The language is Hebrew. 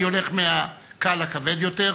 אני הולך מהקל לכבד יותר,